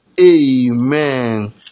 Amen